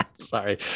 Sorry